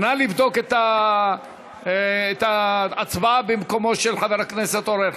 נא לבדוק את ההצבעה במקומו של חבר הכנסת אורן חזן.